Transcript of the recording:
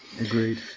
Agreed